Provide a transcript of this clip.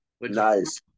nice